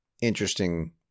interesting